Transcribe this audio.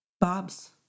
Bob's